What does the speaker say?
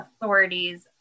authorities